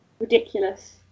ridiculous